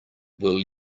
will